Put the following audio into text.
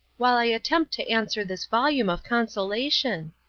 while i attempt to answer this volume of consolation.